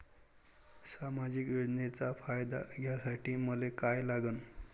सामाजिक योजनेचा फायदा घ्यासाठी मले काय लागन?